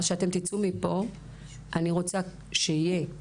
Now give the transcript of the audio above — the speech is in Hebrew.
כשאתם תצאו מפה אני רוצה שיהיה